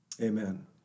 Amen